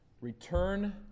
Return